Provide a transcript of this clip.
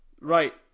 right